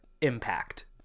impact